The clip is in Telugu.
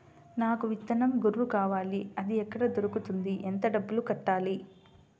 నాకు విత్తనం గొర్రు కావాలి? అది ఎక్కడ దొరుకుతుంది? ఎంత డబ్బులు కట్టాలి?